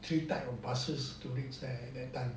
three type of buses to reach there at that time